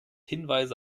hinweise